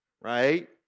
right